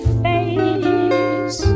face